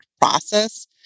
process